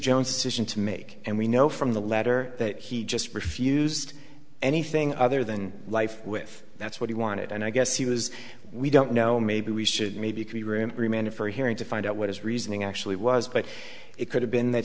johnston to make and we know from the letter that he just refused anything other than life with that's what he wanted and i guess he was we don't know maybe we should maybe be room for a hearing to find out what his reasoning actually was but it could have been that